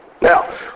Now